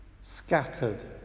scattered